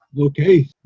okay